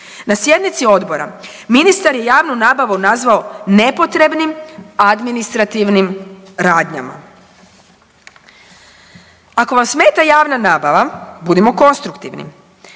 Na sjednici odbora ministar je javnu nabavu nazvao nepotrebnim administrativnim radnjama. Ako vas smeta javna nabave, budimo konstruktivni,